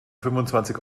fünfundzwanzig